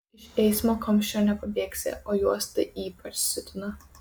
iš eismo kamščio nepabėgsi o juos tai ypač siutina